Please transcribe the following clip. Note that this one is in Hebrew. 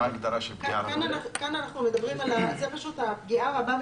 מה ההגדרה של "פגיעה רבה"?